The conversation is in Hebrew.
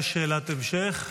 יש שאלת המשך?